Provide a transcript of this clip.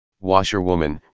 washerwoman